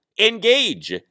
Engage